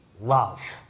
love